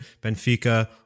Benfica